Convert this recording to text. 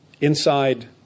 inside